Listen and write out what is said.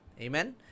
amen